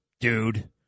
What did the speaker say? dude